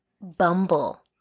Bumble